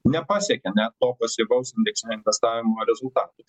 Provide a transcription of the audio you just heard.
nepasiekia net to pasyvaus indeksinio investavimo rezultatų